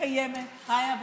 קיימת, חיה ונושמת,